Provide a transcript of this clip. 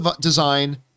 design